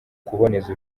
kuboneza